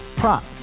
Prop